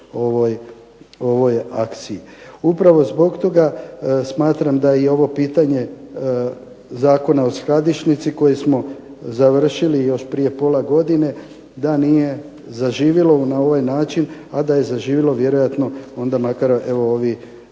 ovoj akciji. Upravo zbog toga smatram da je i ovo pitanje Zakona o skladišnici koji smo završili još prije pola godine da nije zaživjelo na ovaj način a da je zaživjelo vjerojatno onda makar evo